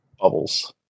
bubbles